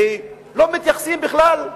ולא מתייחסים בכלל.